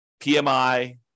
PMI